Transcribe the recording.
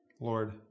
Lord